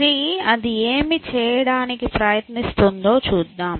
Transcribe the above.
తిరిగి అది ఏమి చేయడానికి ప్రయత్నిస్తుందో చూద్దాం